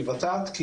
המקומיות,